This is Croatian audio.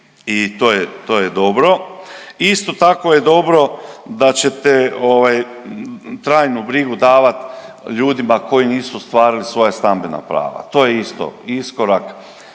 to je dobro. Isto tako je dobro da ćete ovaj, trajnu brigu davati ljudima koji nisu ostvarili svoja stambena prava, to je isto iskorak.